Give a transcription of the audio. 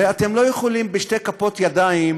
הרי אתם לא יכולים בשתי כפות ידיים